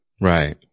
Right